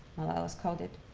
malalas called it.